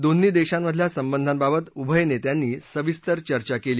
दोन्ही देशांमधल्या संबंधाबाबत उभय नेत्यांनी सविस्तर चर्चा केली